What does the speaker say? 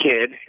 kid